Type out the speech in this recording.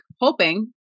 hoping